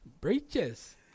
breeches